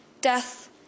death